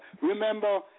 remember